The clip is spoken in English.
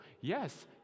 yes